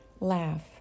Laugh